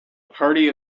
party